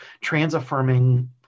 trans-affirming